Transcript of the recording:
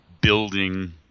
building